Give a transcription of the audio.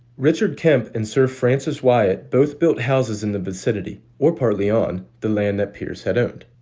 richard kemp and sir francis wyatt both built houses in the vicinity or partly on the land that pierce had owned.